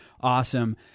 Awesome